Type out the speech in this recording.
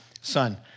son